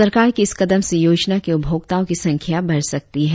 सरकार के इस कदम से योजना के उपभोक्ताओं की संख्या बढ़ सकती है